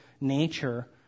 nature